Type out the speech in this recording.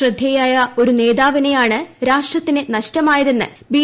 ശ്രദ്ധേയയായ ഒരു നേതാവിനെയാണ് രാഷ്ട്രത്തിന് നഷ്ടമായതെന്ന് ബി